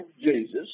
Jesus